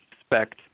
expect